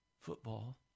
football